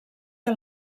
que